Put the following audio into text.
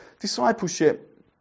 Discipleship